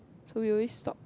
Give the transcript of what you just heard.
so we always stop